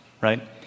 right